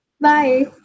bye